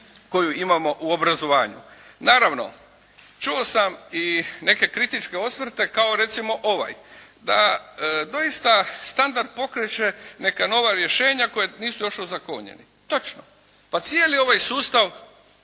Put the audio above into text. koju imamo u obrazovanju. Naravno, čuo sam i neke kritičke osvrte kao recimo ovaj, da doista standard pokreće neka nova rješenja koja nisu još ozakonjeni. Točno. Pa cijeli ovaj sustav,